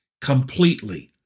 completely